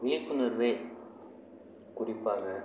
விழிப்புணர்வு குறிப்பாக